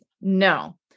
No